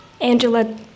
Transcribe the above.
Angela